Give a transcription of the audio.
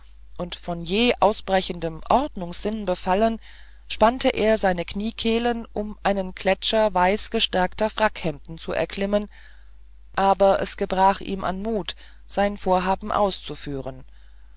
und von jäh ausbrechendem ordnungssinn befallen spannte er seine kniekehlen um einen gletscher weißgestärkter frackhemden zu erklimmen aber es gebracht ihm an mut sein vorhaben auszuführen